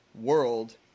world